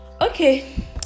Okay